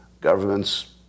governments